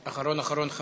אחרון אחרון חביב,